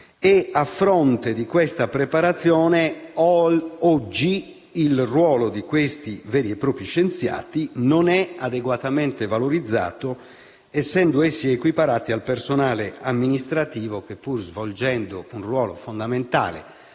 A fronte di questa preparazione, oggi il ruolo di questi veri e propri scienziati non è adeguatamente valorizzato essendo equiparati al personale amministrativo che, pur svolgendo un ruolo fondamentale